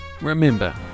Remember